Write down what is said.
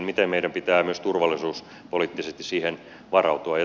miten meidän pitää myös turvallisuuspoliittisesti siihen varautua